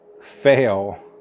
fail